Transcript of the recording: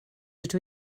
ydw